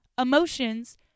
emotions